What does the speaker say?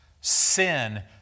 sin